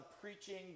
preaching